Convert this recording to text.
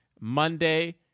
Monday